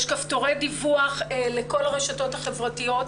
יש כפתורי דיווח לכל הרשתות החברתיות.